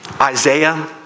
Isaiah